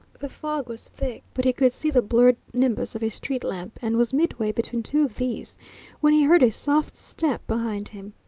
the fog was thick, but he could see the blurred nimbus of a street lamp, and was midway between two of these when he heard a soft step behind him.